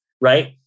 right